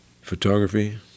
Photography